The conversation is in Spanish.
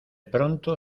pronto